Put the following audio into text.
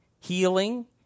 healing